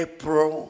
April